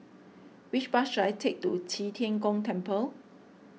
which bus should I take to Qi Tian Gong Temple